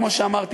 כמו שאמרתי,